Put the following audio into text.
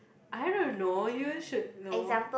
I don't know you should know